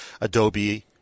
Adobe